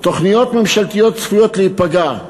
תוכניות ממשלתיות צפויות להיפגע.